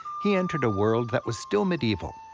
he entered a world that was still medieval.